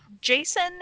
Jason